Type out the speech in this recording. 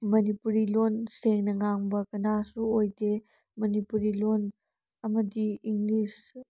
ꯃꯅꯤꯄꯨꯔꯤ ꯂꯣꯟ ꯁꯦꯡꯅ ꯉꯥꯡꯕ ꯀꯅꯥꯁꯨ ꯑꯣꯏꯗꯦ ꯃꯅꯤꯄꯨꯔꯤ ꯂꯣꯟ ꯑꯃꯗꯤ ꯏꯪꯂꯤꯁ